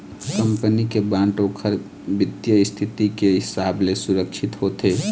company के bond ओखर बित्तीय इस्थिति के हिसाब ले सुरक्छित होथे